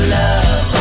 love